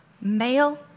Male